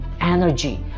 energy